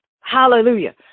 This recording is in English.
Hallelujah